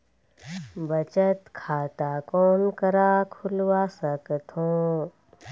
बचत खाता कोन करा खुलवा सकथौं?